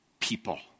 People